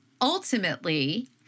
ultimately